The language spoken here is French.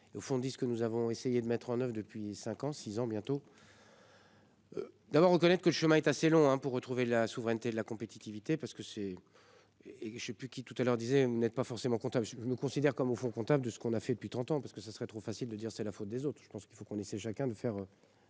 avons essayé de mettre en oeuvre depuis 5 ans, 6 ans bientôt. D'abord reconnaître que le chemin est assez long hein, pour retrouver la souveraineté de la compétitivité parce que c'est. Et je sais plus qui, tout à l'heure disait, vous n'êtes pas forcément comptable je me considère comme au fond comptable de ce qu'on a fait depuis 30 ans parce que ce serait trop facile de dire c'est la faute des autres. Je pense qu'il faut qu'on essaie chacun de faire.